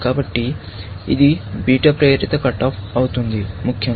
కాబట్టి ఇది బీటా ప్రేరిత కట్ ఆఫ్ అవుతుంది ముఖ్యంగా